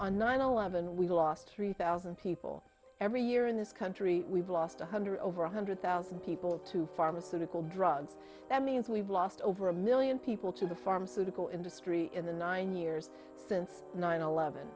a nine eleven we've lost three thousand people every year in this country we've lost one hundred over one hundred thousand people to pharmaceutical drugs that means we've lost over a million people to the pharmaceutical industry in the nine years since nine eleven